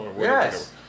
Yes